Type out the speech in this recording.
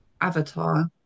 avatar